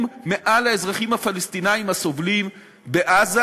מעל האזרחים הפלסטינים הסובלים בעזה,